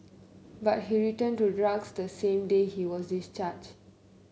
but he returned to drugs the same day he was discharge